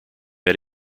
met